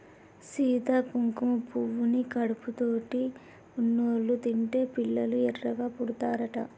సీత కుంకుమ పువ్వుని కడుపుతోటి ఉన్నోళ్ళు తింటే పిల్లలు ఎర్రగా పుడతారట